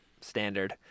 standard